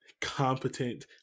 competent